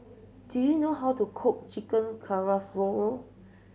do you know how to cook Chicken